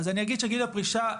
גיל הפרישה,